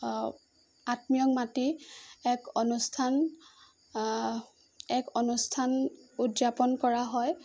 আত্মীয়ক মাতি এক অনুষ্ঠান এক অনুষ্ঠান উদযাপন কৰা হয়